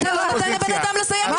אתה לא נותן לבן אדם לסיים משפט,